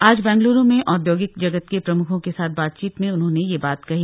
आज बेंगलुरु में औद्योगिक जगत के प्रमुखों के साथ बातचीत में उन्होंने यह बात कही